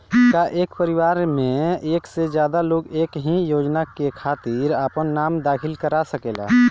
का एक परिवार में एक से ज्यादा लोग एक ही योजना के खातिर आपन नाम दाखिल करा सकेला?